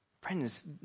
Friends